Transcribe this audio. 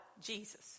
Jesus